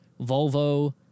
Volvo